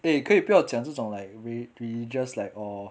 eh 可以不要讲这种 like we we just like uh